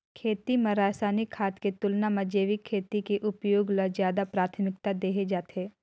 खेती म रसायनिक खाद के तुलना म जैविक खेती के उपयोग ल ज्यादा प्राथमिकता देहे जाथे